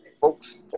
Folks